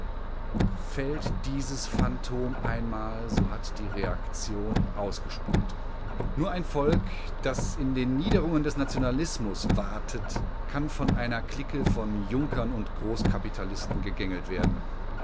fällt dieses phantom einmal so hat die reaktion ausgespielt nur ein volk das in den niederungen des nationalismus watet kann von einer clique von junkern und großkapitalisten gegängelt werden